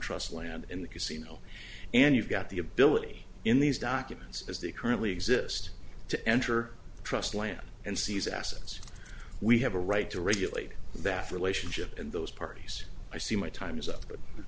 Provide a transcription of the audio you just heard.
trust land in the casino and you've got the ability in these documents as they currently exist to enter trust land and seize assets we have a right to regulate that relationship and those parties i see my time's up but